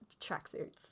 tracksuits